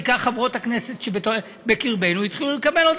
בעיקר חברות הכנסת שבקרבנו התחילו לקבל,